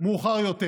מאוחר יותר.